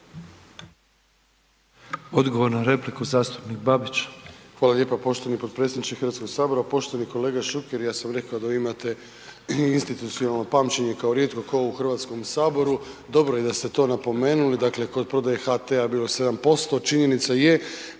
Odgovor na repliku, zastupnica Taritaš.